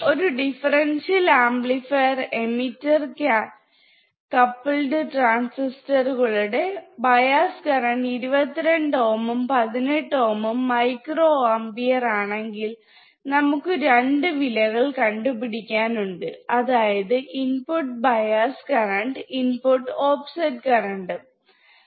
ഒരു ദിഫ്ഫെരെന്റ്റ്യൽ ആംപ്ലിഫയറിന്റെ emitter coupled transistor കളുടെ ബയ്സ് കറന്റ് 22 ഉം 18 ഉം മൈക്രോ ampere ആണെങ്കിൽ നമുക്ക് രണ്ട് വിലകൾ കണ്ടുപിടിക്കാൻ ഉണ്ട് അതായത് input bias current input offset കറണ്ടും